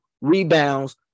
rebounds